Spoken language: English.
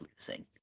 losing